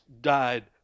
died